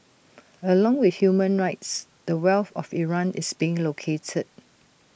along with human rights the wealth of Iran is being looted